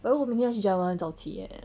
but 如果明天我去 giant 我要早起 eh